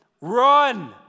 run